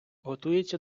готується